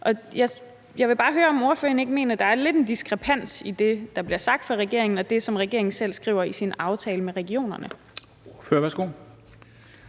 Jeg vil bare høre, om ordføreren ikke mener, at der lidt er en diskrepans mellem det, der bliver sagt fra regeringens side, og det, som regeringen selv skriver i sin aftale med regionerne.